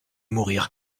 mourir